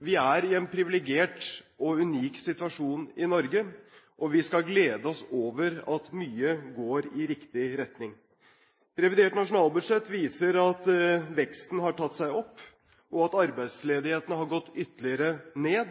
Vi er i en privilegert og unik situasjon i Norge, og vi skal glede oss over at mye går i riktig retning. Revidert nasjonalbudsjett viser at veksten har tatt seg opp, og at arbeidsledigheten har gått ytterligere ned.